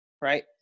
Right